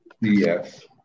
Yes